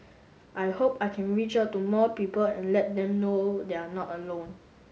I hope I can reach out to more people and let them know they're not alone